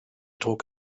druck